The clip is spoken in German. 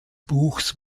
buchs